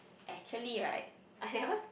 actually right I never